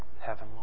heaven